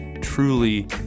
truly